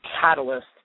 catalyst